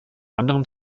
anderem